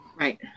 right